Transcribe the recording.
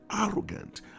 arrogant